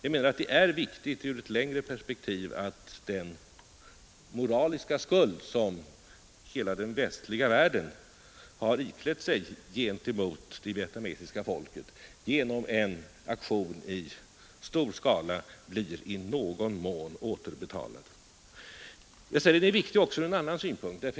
Vi menar att det är väsentligt i ett längre perspektiv att den moraliska skuld som hela den västliga världen har iklätt sig gentemot det vietnamesiska folket genom en aktion i stor skala blir i någon mån återbetalad. Vidare är det viktigt ur en annan synpunkt.